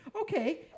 Okay